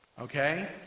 Okay